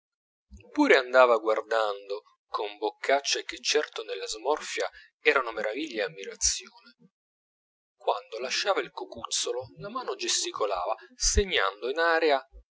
pure andava guardando con boccacce che certo nella smorfia erano meraviglia e ammirazione quando lasciava il cocuzzolo la mano gesticolava segnando in aria